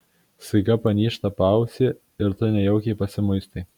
staiga panyžta paausį ir tu nejaukiai pasimuistai